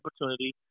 opportunity